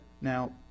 Now